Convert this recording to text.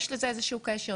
יש לזה איזשהו קשר?